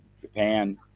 Japan